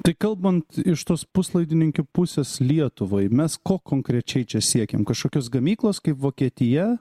tai kalbant iš tos puslaidininkių pusės lietuvai mes ko konkrečiai čia siekiam kažkokios gamyklos kaip vokietija